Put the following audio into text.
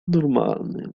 normalny